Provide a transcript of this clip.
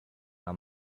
are